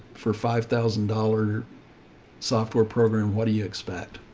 for five thousand dollars software program, what do you expect?